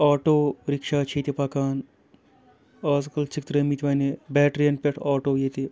auto rickshaw چھِ ییٚتہِ پَکان آزکَل چھِکھ ترٛٲیمٕتۍ وَنہِ بیٹرِیَن پٮ۪ٹھ آٹوٗ ییٚتہِ